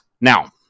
Now